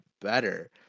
better